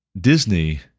Disney